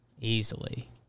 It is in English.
Easily